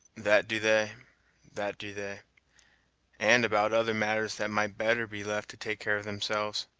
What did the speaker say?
that do they that do they and about other matters that might better be left to take care of themselves.